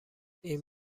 این